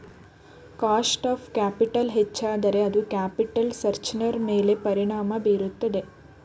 cost of capital ಹೆಚ್ಚಾದರೆ ಅದು capital ಸ್ಟ್ರಕ್ಚರ್ನ ಮೇಲೆ ಪರಿಣಾಮ ಬೀರುತ್ತದೆ